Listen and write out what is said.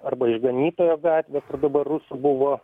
arba išganytojo gatvė kur dabar rusų buvo